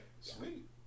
Sweet